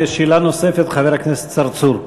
שאלה נוספת, חבר הכנסת צרצור.